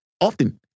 often